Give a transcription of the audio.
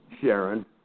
Sharon